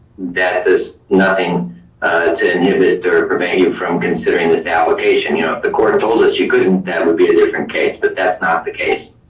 that is nothing to inhibit or prevent you from considering this allocation. you know if the court told us you couldn't, that would be a different case, but that's not the case.